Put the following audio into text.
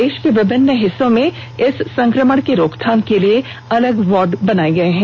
देश के विभिन्न हिस्सों में इस संक्रमण की रोकथाम के लिए अलग वार्ड बनाए जा रहे हैं